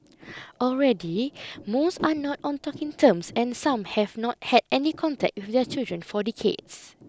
already most are not on talking terms and some have not had any contact with their children for decades